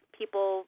people